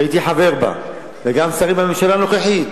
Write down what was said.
שהייתי חבר בה, וגם שרים בממשלה הנוכחית,